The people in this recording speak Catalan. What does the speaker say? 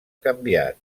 canviat